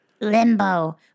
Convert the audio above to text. Limbo